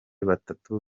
batatu